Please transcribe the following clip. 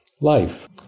life